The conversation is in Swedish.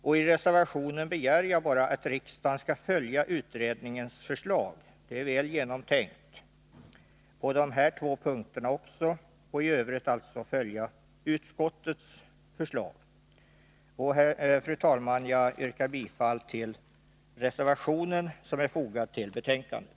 I denna reservation begär jag att riksdagen skall följa utredningens väl genomtänkta förslag på de nämnda två punkterna och i övrigt följa utskottets förslag. Fru talman! Jag yrkar bifall till den reservation som är fogad till betänkandet.